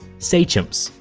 sachems.